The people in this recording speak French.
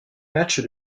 matchs